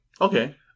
Okay